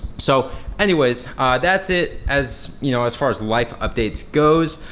so anyways that's it as you know as far as life updates goes.